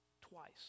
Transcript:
twice